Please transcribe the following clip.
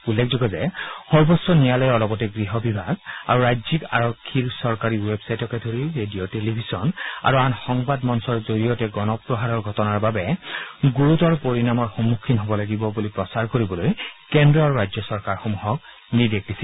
উল্লেখযোগ্য যে সৰ্বোচ্চ ন্যায়ালয়ে অলপতে গৃহ বিভাগ আৰু ৰাজ্যিক আৰক্ষীৰ চৰকাৰী ৱেবছাইটকে ধৰি ৰেডিঅ' টেলিভিছন আৰু আন সংবাদ মঞ্চৰ জৰিয়তে গণপ্ৰহাৰৰ ঘটনাৰ বাবে গুৰুতৰ পৰিণামৰ সন্মুখীন হ'ব লাগিব বুলি প্ৰচাৰ কৰিবলৈ কেন্দ্ৰ আৰু ৰাজ্য চৰকাৰসমূহক নিৰ্দেশ দিছিল